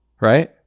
Right